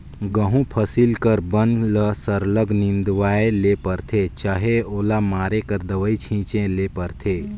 गहूँ फसिल कर बन ल सरलग निंदवाए ले परथे चहे ओला मारे कर दवई छींचे ले परथे